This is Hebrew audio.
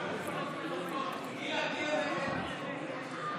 הסתייגות 377 לא נתקבלה.